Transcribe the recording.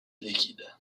liquide